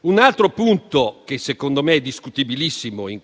Un altro punto che secondo me è discutibilissimo nel